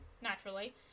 naturally